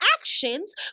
actions